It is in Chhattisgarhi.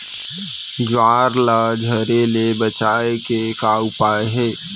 ज्वार ला झरे ले बचाए के का उपाय हे?